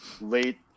late